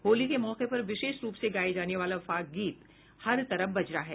होली के मौके पर विशेष रूप से गाया जाने वाला फाग गीत हर तरफ बज रहा हैं